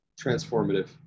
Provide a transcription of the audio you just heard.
transformative